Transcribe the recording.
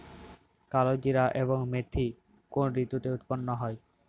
কালোজিরা এবং মেথি কোন ঋতুতে উৎপন্ন হয়?